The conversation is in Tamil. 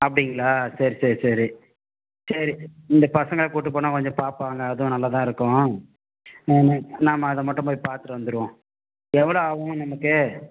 அப்படிங்களா சரி சரி சரி சரி இந்த பசங்களை கூட்டு போனால் கொஞ்சம் பார்ப்பாங்க அதுவும் நல்லா தான் இருக்கும் நாம நாம அதா மட்டும் போய் பாத்துவிட்டு வந்துடுவோம் எவ்வளோ ஆகும் நமக்கு